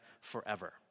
forever